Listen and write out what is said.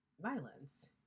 violence